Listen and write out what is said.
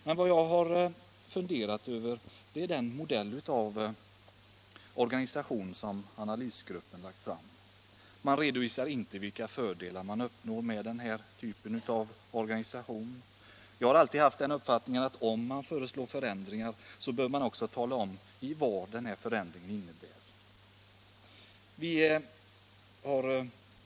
Men vad jag är fundersam över är den modell av organisationen som analysgruppen har lagt fram. Man redovisar inte vilka fördelar man uppnår med denna typ av organisation. Jag har alltid haft den uppfattningen, att om man föreslår förändringar bör man också tala om vad dessa förändringar innebär.